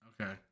Okay